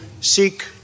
seek